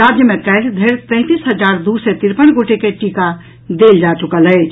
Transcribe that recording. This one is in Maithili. राज्य मे काल्हि धरि तैंतीस हजार दू सय तिरपन गोटे के टीका दे जा चुकल अछि